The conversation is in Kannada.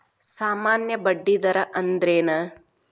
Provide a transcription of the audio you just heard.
ಸಾಮಾನ್ಯ ಬಡ್ಡಿ ದರ ಅಂದ್ರೇನ?